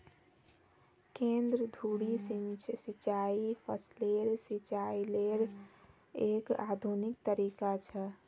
केंद्र धुरी सिंचाई फसलेर सिंचाईयेर एक आधुनिक तरीका छ